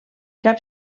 cap